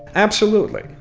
absolutely,